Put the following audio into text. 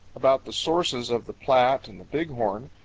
about the sources of the platte and the big horn,